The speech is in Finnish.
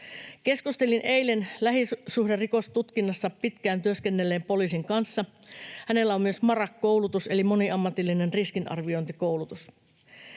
Keskustelin eilen lähisuhderikostutkinnassa pitkään työskennelleen poliisin kanssa. Hänellä on myös MARAK-koulutus eli moniammatillinen riskinarviointikoulutus.